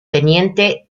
teniente